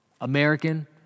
American